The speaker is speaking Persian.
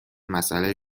مسئله